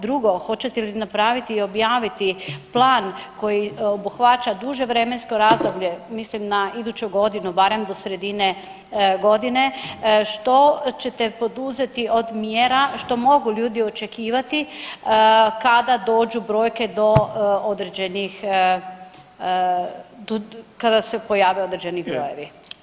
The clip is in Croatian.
Drugo, hoćete li napraviti i objaviti plan koji obuhvaća duže vremensko razdoblje, mislim na iduću godinu, barem do sredine godine, što ćete poduzeti od mjera, što mogu ljudi očekivati kada dođu brojke do određenih, kada se pojave određeni brojevi?